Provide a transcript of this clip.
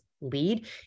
lead